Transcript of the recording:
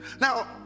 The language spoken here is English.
Now